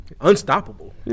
Unstoppable